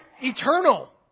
eternal